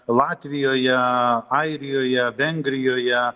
latvijoje airijoje vengrijoje